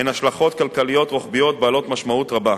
הן השלכות כלכליות רוחביות בעלות משמעות רבה.